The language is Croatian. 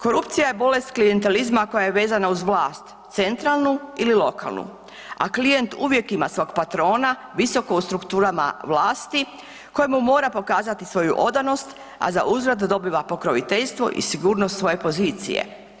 Korupcija je bolest klijentelizma koja je vezana uz vlast centralnu ili lokalnu, a klijent uvijek ima svog patrona visoko u strukturama vlasti koji mu mora pokazati svoju odanost, a za uzvrat dobiva pokroviteljstvo i sigurnost svoje pozicije.